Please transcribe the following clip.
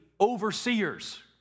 overseers